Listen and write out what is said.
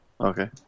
Okay